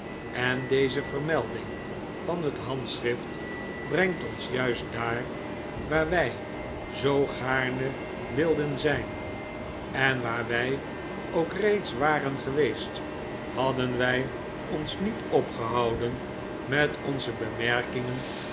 en deze vermelding van het handschrift brengt ons juist daar waar wij zoo gaarne wilden zijn en waar wij ook reeds waren geweest hadden wij ons niet opgehouden met onze bemerkingen